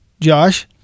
Josh